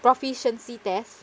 proficiency test